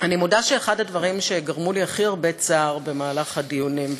אני מודה שאחד הדברים שגרמו לי הכי הרבה צער במהלך הדיונים,